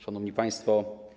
Szanowni Państwo!